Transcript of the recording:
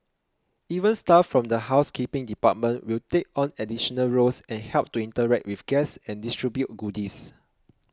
even staff from the housekeeping department will take on additional roles and help to interact with guests and distribute goodies